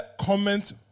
Comment